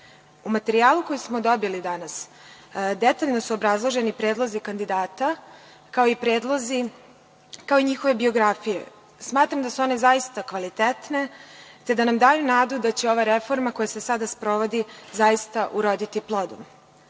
materijalu koji smo dobili danas detaljno su obrazloženi predlozi kandidata, kao i njihove biografije. Smatram da su one zaista kvalitetne, te da nam daju nadu da će ova reforma koja se sada sprovodi zaista uroditi plodom. Kada